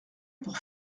pour